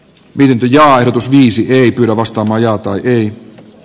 myynti ja viisi ei kyllä vastamaja tai